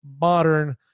modern